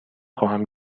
خواهم